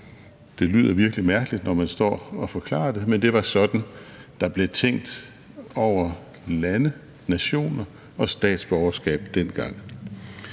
Det lyder virkelig mærkeligt, når man står og forklarer det, men det var sådan, der blev tænkt over lande, nationer og statsborgerskab dengang.